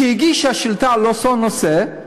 שהגישה שאילתה על אותו נושא,